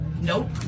Nope